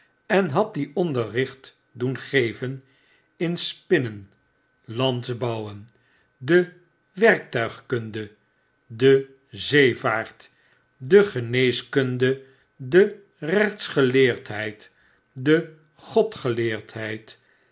en had die onderricht doen geven m spinnen landbouwen de werktuigkunde de zeevaart de geneeskunde de rechtsgeleerdheid de